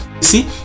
See